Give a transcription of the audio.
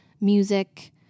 music